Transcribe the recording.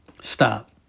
Stop